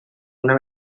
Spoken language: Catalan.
una